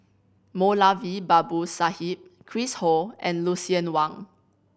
Moulavi Babu Sahib Chris Ho and Lucien Wang